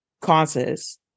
causes